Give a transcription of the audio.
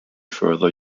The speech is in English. further